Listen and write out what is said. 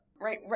right